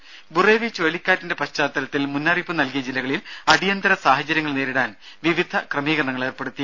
ദേഴ ബുറേവി ചുഴലിക്കാറ്റിന്റെ പശ്ചാത്തലത്തിൽ മുന്നറിയിപ്പ് നൽകിയ ജില്ലകളിൽ അടിയന്തര സാഹചര്യങ്ങൾ നേരിടാൻ വിവിധ ക്രമീകരണങ്ങൾ ഏർപ്പെടുത്തി